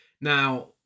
Now